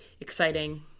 exciting